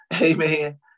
Amen